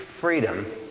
freedom